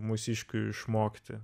mūsiškių išmokti